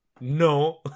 No